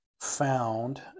found